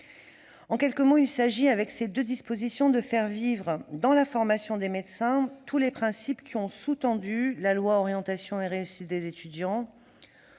En quelques mots, il s'agit, avec ces deux dispositions, de faire vivre, dans la formation des médecins, tous les principes qui ont sous-tendu la loi du 8 mars 2018 relative à l'orientation